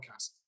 podcast